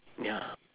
ya